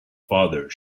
father